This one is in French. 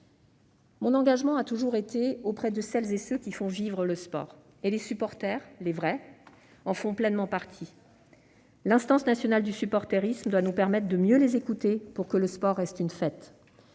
ce sens. Je me suis toujours engagée auprès de celles et de ceux qui font vivre le sport ; les supporters, les vrais, en font pleinement partie ! L'instance nationale du supportérisme doit nous permettre de mieux les écouter. Ainsi, le sport restera une fête,